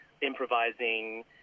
improvising